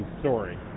story